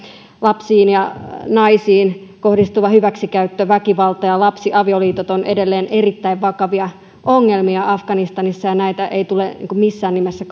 lapsiin ja naisiin kohdistuva hyväksikäyttö ja väkivalta ja lapsiavioliitot ovat edelleen erittäin vakavia ongelmia afganistanissa ja näitä ei tule missään nimessä